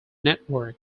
network